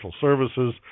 services